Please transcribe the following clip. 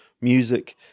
music